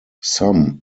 some